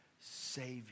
Savior